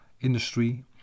industry